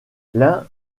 l’un